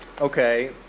Okay